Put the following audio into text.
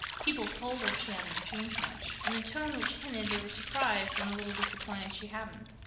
people told her she hadn't changed much, in a tone which hinted they were surprised and a little disappointed she hadn't.